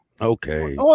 Okay